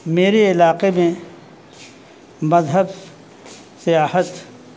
میرے علاقے میں مذہب سیاحت